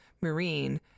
marine